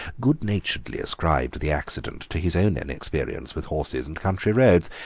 good-naturedly ascribed the accident to his own inexperience with horses and country roads,